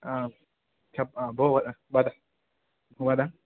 भो वद वद